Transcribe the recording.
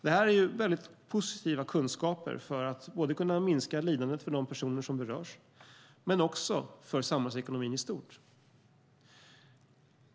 Det här är mycket positiva kunskaper, både för att kunna minska lidandet för de personer som berörs och för samhällsekonomin i stort.